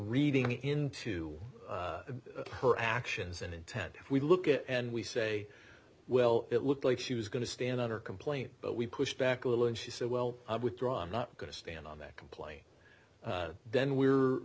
reading into her actions and intent if we look at it and we say well it looked like she was going to stand on her complaint but we pushed back a little and she said well withdraw i'm not going to stand on that complaint then we